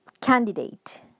candidate